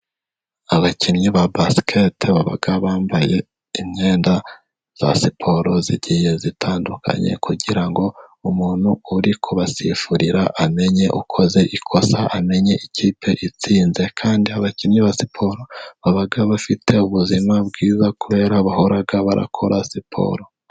Abakinnyi ba basiketi baba bambaye imyenda ya siporo igiye itandukanye, kugira ngo umuntu uri kubasifurira amenye ukoze ikosa, bamenye ikipe itsinze. Kandi abakinnyi ba siporo baba bafite ubuzima bwiza kubera bahora bakora siporo.